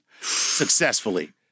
successfully